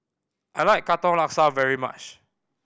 I like Katong Laksa very much